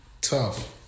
tough